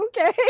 okay